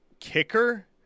kicker